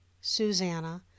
Susanna